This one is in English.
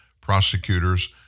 prosecutors